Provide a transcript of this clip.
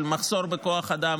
של מחסור בכוח אדם,